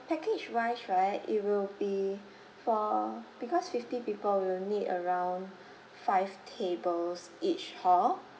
package wise right it will be for because fifty people will need around five tables each hall